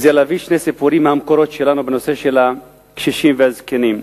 זה להביא שני סיפורים מהמקורות שלנו בנושא של הקשישים והזקנים,